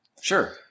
Sure